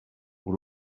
por